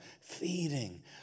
feeding